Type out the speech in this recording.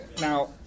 Now